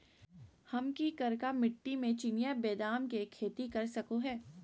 हम की करका मिट्टी में चिनिया बेदाम के खेती कर सको है?